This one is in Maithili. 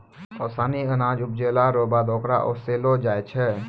ओसानी अनाज उपजैला रो बाद होकरा ओसैलो जाय छै